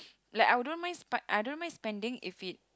like I wouldn't mind sp~ I don't mind spending if it